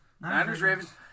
Niners-Ravens